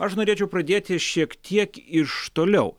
aš norėčiau pradėti šiek tiek iš toliau